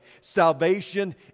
Salvation